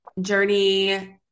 journey